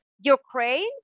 ukraine